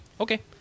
Okay